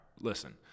listen